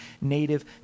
Native